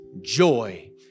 joy